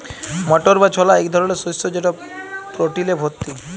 মটর বা ছলা ইক ধরলের শস্য যেট প্রটিলে ভত্তি